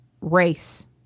race